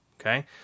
okay